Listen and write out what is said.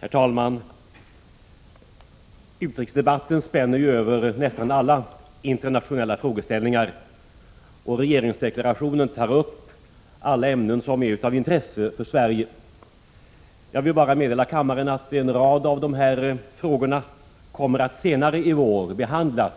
Herr talman! Utrikesdebatten spänner över nästan alla internationella frågeställningar, och regeringsdeklarationen tar upp alla ämnen som är av intresse för Sverige. Jag vill bara meddela kammaren att en rad av dessa frågor senare i vår kommer att behandlas